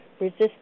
resist